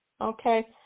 Okay